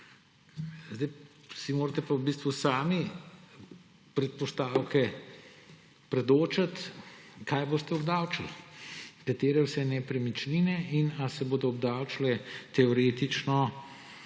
Sedaj si morate pa v bistvu sami predpostavke predočiti, kaj boste obdavčili, katere vse nepremičnine, in ali se bodo obdavčile teoretično